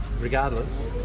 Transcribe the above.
regardless